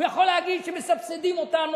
הוא יכול להגיד שמסבסדים אותם,